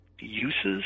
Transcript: uses